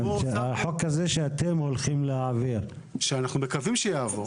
החוק הזה שאתם הולכים להעביר -- שאנחנו מקווים שהוא יעביר.